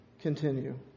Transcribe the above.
continue